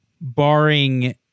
barring